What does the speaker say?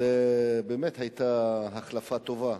זו באמת היתה החלפה טובה.